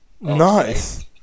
nice